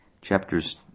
chapters